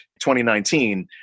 2019